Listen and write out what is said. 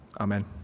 Amen